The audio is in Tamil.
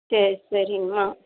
சரி சரிம்மா